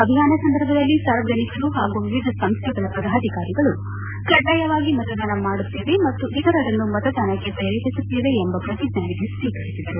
ಅಭಿಯಾನ ಸಂದರ್ಭದಲ್ಲಿ ಸಾರ್ವಜನಿಕರು ಹಾಗೂ ವಿವಿಧ ಸಂಸ್ಥೆಗಳ ಪದಾಧಿಕಾರಿಗಳು ಕಡ್ಡಾಯವಾಗಿ ಮತದಾನ ಮಾಡುತ್ತೇವೆ ಮತ್ತು ಇತರರನ್ನು ಮತದಾನಕ್ಕೆ ಪ್ರೇರೇಪಿಸುತ್ತೇವೆ ಎಂಬ ಪ್ರತಿಜ್ಞಾವಿಧಿ ಸ್ವೀಕರಿಸಿದರು